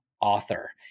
author